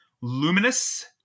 Luminous